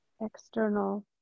external